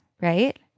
Right